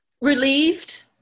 relieved